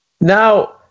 Now